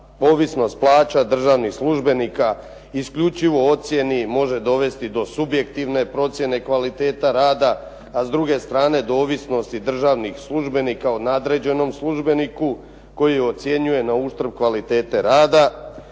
ovisnost plaća državnih službenika isključivo ocijeni može dovesti do subjektivne procjene kvaliteta rada, a s druge strane do ovisnosti državnih službenika o nadređenom službeniku koji ocjenjuje na uštrb kvalitete rada.